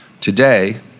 Today